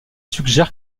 suggère